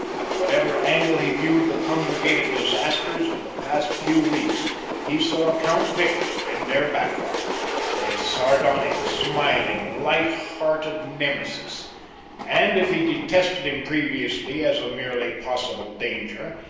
at whatever angle he viewed the congregated disasters of the past few weeks he saw count victor in their background a sardonic, smiling, light-hearted nemesis and if he detested him previously as a merely possible danger,